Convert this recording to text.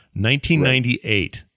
1998